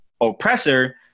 oppressor